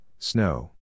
Snow